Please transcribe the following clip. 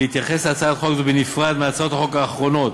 להתייחס להצעת חוק זו בנפרד מהצעות החוק האחרונות,